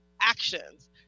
actions